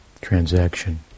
transaction